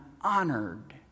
honored